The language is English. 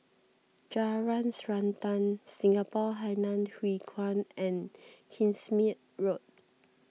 Jalan Srantan Singapore Hainan Hwee Kuan and Kingsmead Road